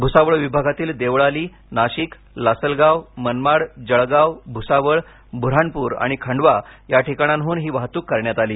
भुसावळ विभागातील देवळाली नाशिक लासलगाव मनमाड जळगाव भुसावळ बु ्हाणपूर आणि खंडवा या ठिकाणाहून ही वाहतूक करण्यात आली